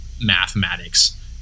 mathematics